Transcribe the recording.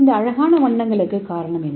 இந்த அழகான வண்ணங்களுக்கு காரணம் என்ன